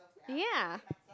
ya